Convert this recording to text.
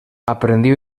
aprendió